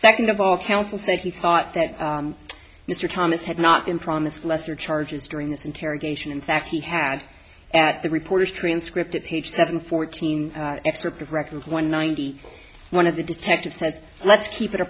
second of all counsel said he thought that mr thomas had not been promised lesser charges during this interrogation in fact he had at the reporters transcript at page seven fourteen excerpt of record one ninety one of the detective says let's keep it a